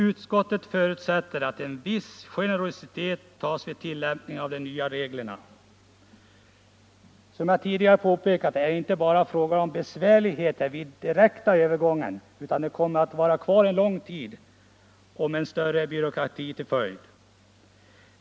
Utskottet förutsätter med hänsyn härtill en viss generositet vid tillämpningen av de nya reglerna.” Som jag tidigare påpekat, är det inte fråga om besvärligheter bara vid den direkta övergången, utan de kommer att vara kvar lång tid och med en större byråkrati som följd.